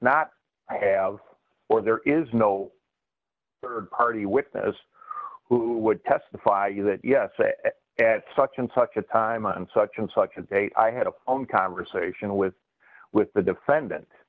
not have or there is no rd party witness who would testify you that yes at such and such a time and such and such as a i had a conversation with with the defendant